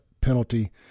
penalty